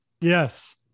Yes